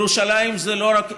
ירושלים זה לא רק אתגרים,